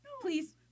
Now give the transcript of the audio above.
Please